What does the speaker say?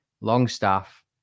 Longstaff